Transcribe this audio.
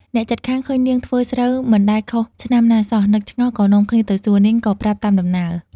អ្នកជិតខាង ឃើញនាងធ្វើស្រូវមិនដែលខុសឆ្នាំណាសោះ នឹកឆ្ងល់ ក៏នាំគ្នាទៅសួរ នាងក៏ប្រាប់តាមដំណើរ។